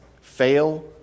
fail